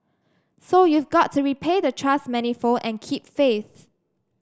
so you've got to repay the trust manifold and keep faith